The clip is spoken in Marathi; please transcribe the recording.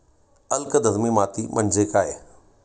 अल्कधर्मी माती म्हणजे काय?